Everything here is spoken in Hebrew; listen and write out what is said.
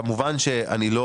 כמובן שאני לא